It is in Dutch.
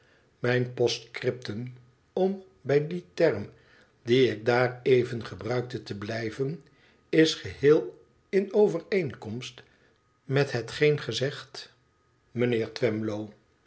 mijn postscriptum om bij dien term dien ik daar even gebruikte te blijven is geheel in overeenkomst met hetgeen gij zegt mijnheer